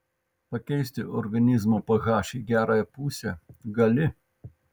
pakeisti organizmo ph į gerąją pusę gali